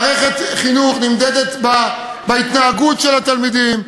מערכת חינוך נמדדת בהתנהגות של התלמידים,